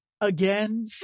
Again